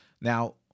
Now